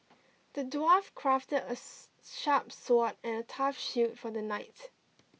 the dwarf crafted a sharp sword and a tough shield for the knight